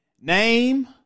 Name